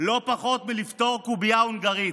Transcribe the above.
לא פחות מלפתור קובייה הונגרית.